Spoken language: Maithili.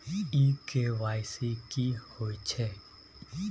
इ के.वाई.सी की होय छै?